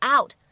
Out 。